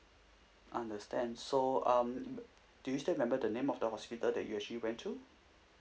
understand so um do you still remember the name of the hospital that you actually went to